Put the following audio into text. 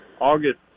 august